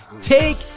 Take